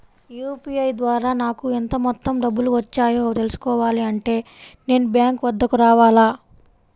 UPI ద్వారా నాకు ఎంత మొత్తం డబ్బులు వచ్చాయో తెలుసుకోవాలి అంటే నేను బ్యాంక్ వద్దకు రావాలా?